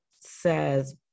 says